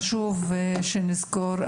חשוב שנזכור,